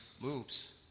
moves